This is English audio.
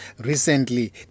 Recently